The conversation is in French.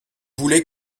voulez